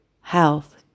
health